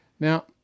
Now